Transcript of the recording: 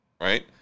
right